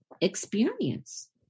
experience